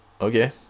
Okay